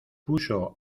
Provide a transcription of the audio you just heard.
puso